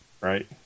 Right